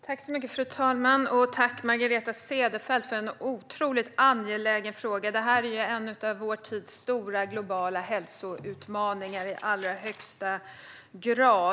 Fru talman! Tack, Margareta Cederfelt, för en otroligt angelägen fråga! Detta är en av vår tids stora globala hälsoutmaningar.